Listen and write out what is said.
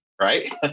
right